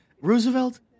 roosevelt